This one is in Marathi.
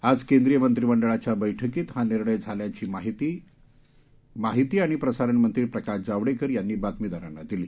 आज केंद्रीय मंत्रीमंडळाच्या बठ्कीत हा निर्णय झाल्याची माहिती माहिती आणि प्रसारण मंत्री प्रकाश जावडेकर यांनी बातमीदारांना सांगितलं